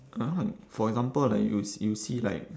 got for example like you you see like